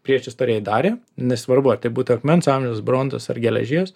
priešistorėj darė nesvarbu ar tai būtų akmens amžius bronzos ar geležies